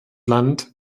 land